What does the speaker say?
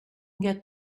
get